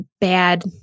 bad